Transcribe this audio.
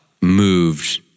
moved